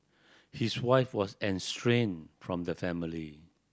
his wife was estranged from the family